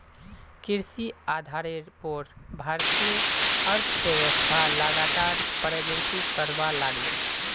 कृषि आधारेर पोर भारतीय अर्थ्वैव्स्था लगातार प्रगति करवा लागले